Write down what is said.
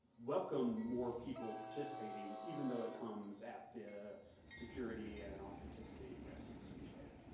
welcome more people participating, even though it comes at the security and authenticity risk associated.